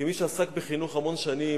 כמי שעסק בחינוך המון שנים,